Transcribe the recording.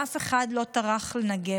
ואף אחד לא טרח לנגב.